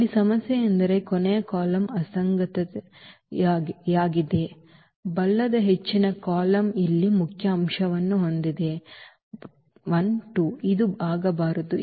ಇಲ್ಲಿ ಸಮಸ್ಯೆಯೆಂದರೆ ಕೊನೆಯ ಕಾಲಮ್ನ ಅಸಂಗತತೆಯಾಗಿದೆ ಬಲದ ಹೆಚ್ಚಿನ ಕಾಲಮ್ ಇಲ್ಲಿ ಮುಖ್ಯ ಅಂಶವನ್ನು ಹೊಂದಿದೆ 12 ಇದು ಆಗಬಾರದು